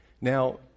Now